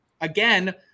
Again